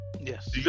Yes